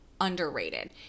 underrated